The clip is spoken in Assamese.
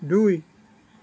দুই